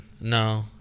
No